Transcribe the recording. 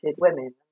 women